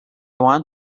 want